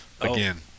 again